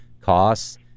costs